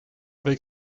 week